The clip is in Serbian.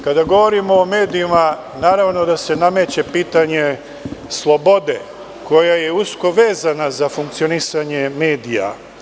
Kada govorimo o medijima, naravno da se nameće pitanje slobode, koja je usko vezana za funkcionisanje medija.